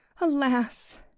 Alas